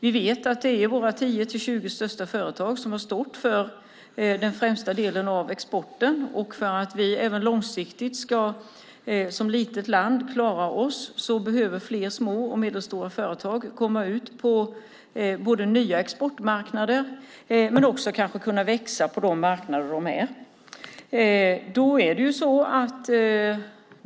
Vi vet också att det är våra 10-20 största företag som har stått för huvuddelen av exporten. För att vi som litet land ska klara oss behöver fler små och medelstora företag komma ut på nya exportmarknader men också kunna växa på de marknader där de finns.